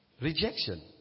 Rejection